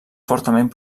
fortament